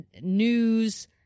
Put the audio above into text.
News